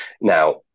Now